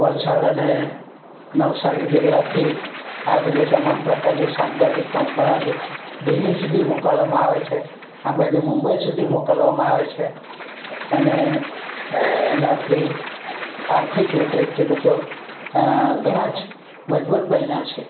વલસાડ અને નવસારી જિલ્લાથી આ બધી તમામ પ્રકારની શાકભાજી ફળફળાદી દિલ્હી સુધી મોકલવામાં આવે છે આ બાજુ મુંબઈ સુધી મોકલવામાં આવે છે અને એનાથી આર્થિક રીતે ખેડૂતો ઘણા જ મજબૂત બન્યા છે